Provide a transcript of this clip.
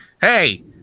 hey